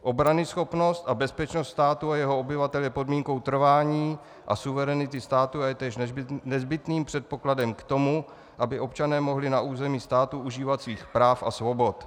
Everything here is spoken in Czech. Obranyschopnost a bezpečnost státu a jeho obyvatel je podmínkou trvání a suverenity státu a je též nezbytným předpokladem k tomu, aby občané mohli na území státu užívat svých práv a svobod.